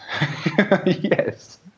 yes